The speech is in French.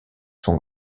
son